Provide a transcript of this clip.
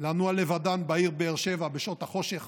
לנוע לבדן בעיר באר שבע בשעות החושך